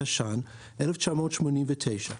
התש"ן-1989,